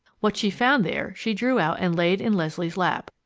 what she found there she drew out and laid in leslie's lap,